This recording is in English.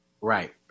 Right